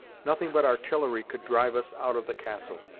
nothing but artillery could drive us out of the castle,